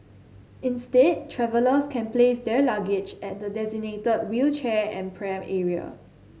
instead travellers can place their luggage at the designated wheelchair and pram area